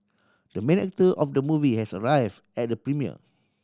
the main actor of the movie has arrive at the premiere